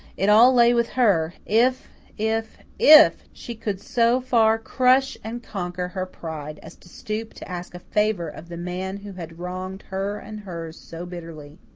it all lay with her if if if she could so far crush and conquer her pride as to stoop to ask a favour of the man who had wronged her and hers so bitterly.